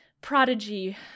prodigy